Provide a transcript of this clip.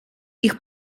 ich